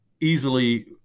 easily